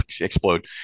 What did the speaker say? explode